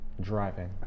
driving